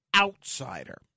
outsider